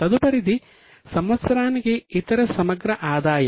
తదుపరిది సంవత్సరానికి ఇతర సమగ్ర ఆదాయం